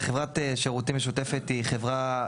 חברת שירותים משותפת היא חברה,